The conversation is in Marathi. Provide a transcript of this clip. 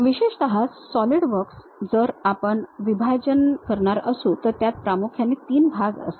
विशेषत सॉलिडवर्क्स जर आपण विभाजन करणार असू तर त्यात प्रामुख्याने 3 भाग असतात